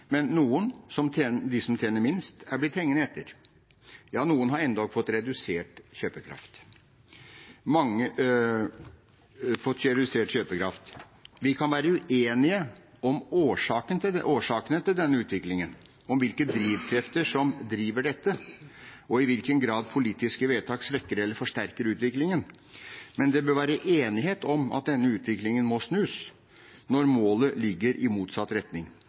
Men noen – de som tjener minst – er blitt hengende etter. Ja, noen har endog fått redusert kjøpekraft. Vi kan være uenige om årsakene til denne utviklingen, om hvilke drivkrefter som driver dette, og i hvilken grad politiske vedtak svekker eller forsterker utviklingen. Men det bør være enighet om at denne utviklingen må snus, når målet ligger i motsatt retning.